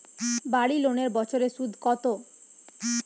বাড়ি লোনের বছরে সুদ কত?